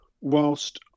whilst